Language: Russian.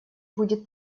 будет